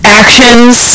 actions